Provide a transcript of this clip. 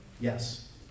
Yes